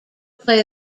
play